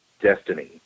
destiny